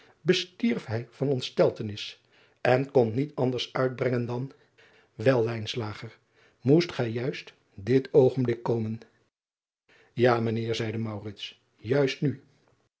bestierf hij van ontsteltenis en kon niet anders uitbrengen dan el moest gij juist dit oogenblik komen a mijn eer zeide juist nu